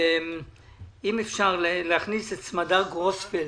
סמדר גרוספלד,